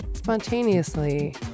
spontaneously